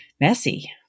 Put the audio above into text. messy